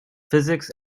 physics